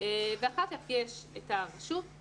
ואחר כך יש את הרשות,